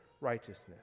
righteousness